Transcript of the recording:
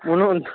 म्हणून